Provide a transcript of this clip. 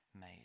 made